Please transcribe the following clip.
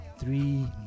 Three